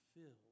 filled